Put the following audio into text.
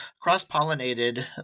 cross-pollinated